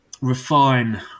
refine